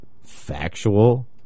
factual